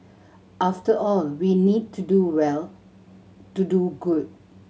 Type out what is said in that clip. after all we need to do well to do good